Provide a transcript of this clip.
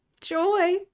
Joy